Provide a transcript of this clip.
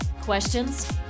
Questions